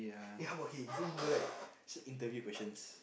eh how about okay you go Google like interview questions